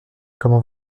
comment